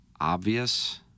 obvious